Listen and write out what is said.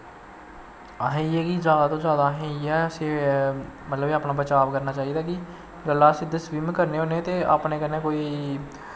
असें इयै कि जादा तो जादा इयै मतलव अपना बचाब करना चाही दा कि जिसलै अस इत्थै स्विमिंग करने होन्ने ते अपनै कन्नै कोई